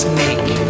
Snake